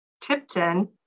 Tipton